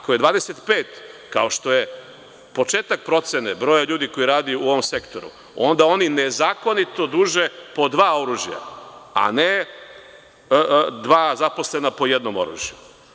Ako je 25 hiljada, kao što je početak procene broja ljudi koji radi u ovom sektoru, onda oni nezakonito duže po dva oružja, a ne dva zaposlena po jednom oružju.